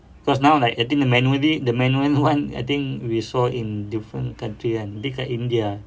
because now like I think the manually the manual one I think we saw in different country kan dia kat india eh